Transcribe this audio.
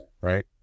right